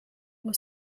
was